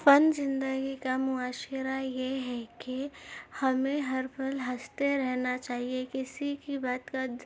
فن زندگی کا معاشرہ یہ ہے کہ ہمیں ہر پل ہنستے رہنا چاہیے کسی کی بات کا